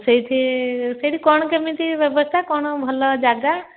ସେହି ସେହି ସେଠି କ'ଣ କେମିତି ବ୍ୟବସ୍ଥା କ'ଣ ଭଲ ଜାଗା